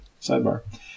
Sidebar